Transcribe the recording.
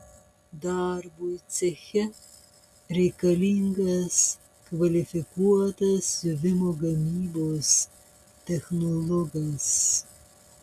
darbui ceche reikalingas kvalifikuotas siuvimo gamybos technologas